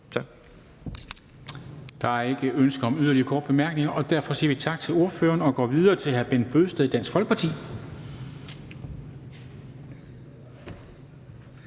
Der er ikke ønske om yderligere korte bemærkninger, og derfor siger vi tak til ordføreren og går videre til hr. Bent Bøgsted, Dansk Folkeparti.